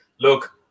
look